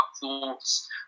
thoughts